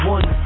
One